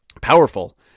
powerful